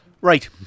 right